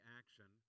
action